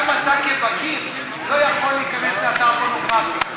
גם אתה כבגיר לא יכול להיכנס לאתר פורנוגרפי.